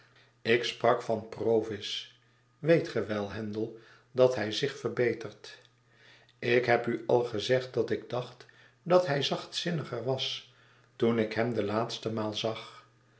ik sprak van provis weetge wel handel dat hij zich verbetert ik heb u al gezegd dat ik dacht dat hij zachtzinniger was toen ik hem de laatste maal zag